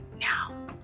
now